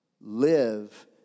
live